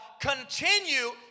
continue